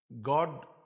God